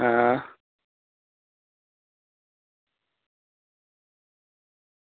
आं